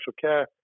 care